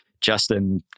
Justin